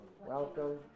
Welcome